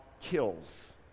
kills